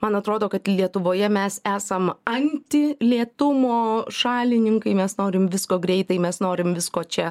man atrodo kad lietuvoje mes esam anti lėtumo šalininkai mes norim visko greitai mes norim visko čia